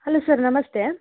hello sir ನಮಸ್ತೆ